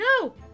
No